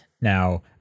Now